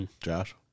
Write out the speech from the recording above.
Josh